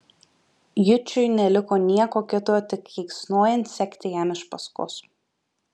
jučui neliko nieko kito tik keiksnojant sekti jam iš paskos